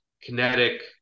kinetic